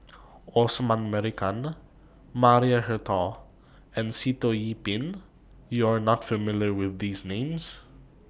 Osman Merican Maria Hertogh and Sitoh Yih Pin YOU Are not familiar with These Names